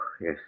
yes